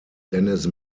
dennis